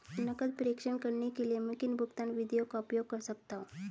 नकद प्रेषण करने के लिए मैं किन भुगतान विधियों का उपयोग कर सकता हूँ?